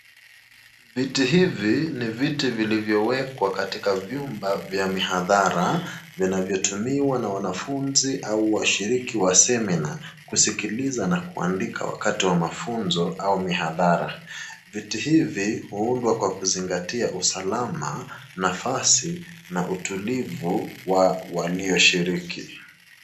Viti hivi ni viti vilivyowekwa katika nyumba ya mihadhara, vinavyotumiwa na wanafuzi au washiriki wa semina kusikiliza na kuandika wakati wa mafunzo au mihadhara. Viti hivi huundwa kwa kuzingatia usalama, nafasi na utulivu wa walioshiriki.